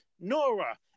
Nora